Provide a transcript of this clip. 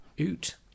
Oot